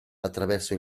attraverso